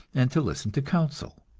and to listen to counsel.